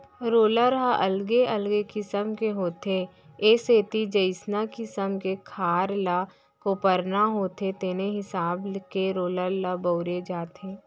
roller ह अलगे अलगे किसम के होथे ए सेती जइसना किसम के खार ल कोपरना होथे तेने हिसाब के रोलर ल बउरे जाथे